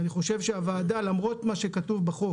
שנית, למרות מה שכתוב בחוק